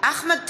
אחמד טיבי,